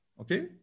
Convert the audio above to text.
Okay